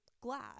glad